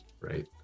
right